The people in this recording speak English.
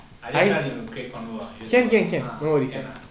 I just trying to create convo ah in Facebook ah !huh! can ah